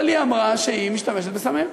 אבל היא אמרה שהיא משתמשת בסמים,